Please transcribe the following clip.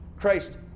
Christ